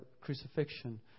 crucifixion